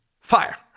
fire